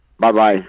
Bye-bye